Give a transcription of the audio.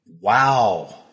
Wow